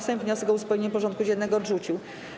Sejm wniosek o uzupełnienie porządku dziennego odrzucił.